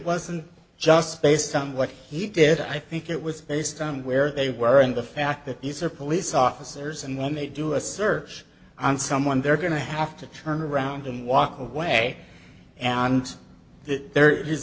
wasn't just based on what he did i think it was based on where they were and the fact that these are police officers and when they do a search on someone they're going to have to turn around and walk away and th